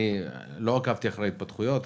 לא עקבתי אחרי ההתפתחויות,